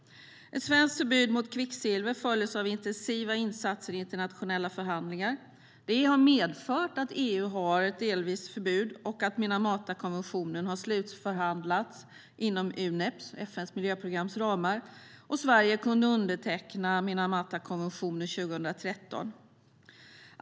Ett svenskt förbud mot kvicksilver följdes av intensiva insatser i internationella förhandlingar. Det har medfört att EU delvis har förbud, att Minamatakonventionen har slutförhandlats inom ramarna för Unep, FN:s miljöprogram, och att Sverige kunde underteckna konventionen 2013.